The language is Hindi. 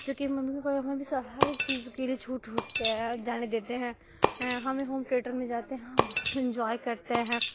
चूँकि मम्मी पापा अपना विश्वास हरेक चीज के लिए छूट रखते हैं जाने देते हैं हमें हम थिएटर में जाते हैं एन्ज़ॉय करते हैं